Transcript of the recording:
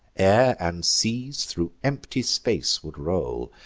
and seas thro' empty space would roll,